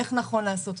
איך נכון לעשות.